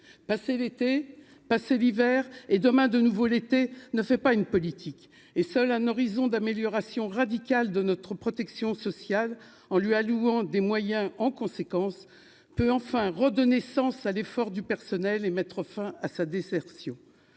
passer l'été passé l'hiver et demain de nouveau l'été ne fait pas une politique, et seul un horizon d'amélioration radicale de notre protection sociale en lui allouant des moyens en conséquence peut enfin redonner sens à l'effort, du personnel et mettre fin à sa désertion